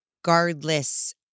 regardless